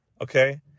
okay